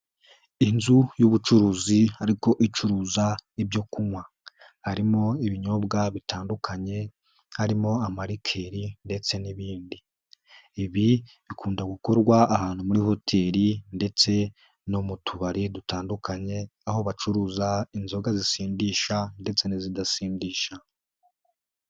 Inzu y'ubucuruzi ariko icuruza ibyo kunywa. Harimo ibinyobwa bitandukanye, harimo amarikeri ndetse n'ibindi. Ibi bikunda gukorwa ahantu muri hoteli ndetse no mu tubari dutandukanye, aho bacuruza inzoga zisindisha ndetse n'izidasindisha.